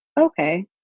okay